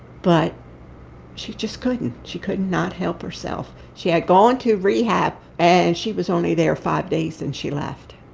but she just couldn't. she could not help herself. she had gone to rehab, and she was only there five days, and she left.